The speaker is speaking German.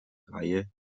reihe